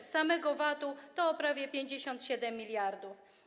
Z samego VAT-u to prawie 57 mld.